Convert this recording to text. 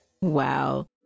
Wow